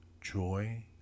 joy